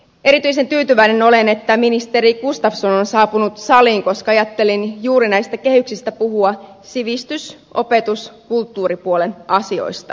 erityisen tyytyväinen olen siihen että ministeri gustafsson on saapunut saliin koska ajattelin näistä kehyksistä puhua juuri sivistys opetus ja kulttuuripuolen asioista